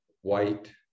white